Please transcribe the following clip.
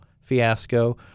fiasco